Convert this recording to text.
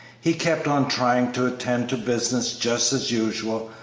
he kept on trying to attend to business just as usual,